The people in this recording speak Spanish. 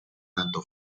tanto